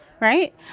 right